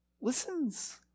listens